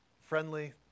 Friendly